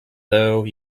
though